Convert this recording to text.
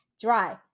dry